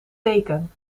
teken